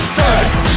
first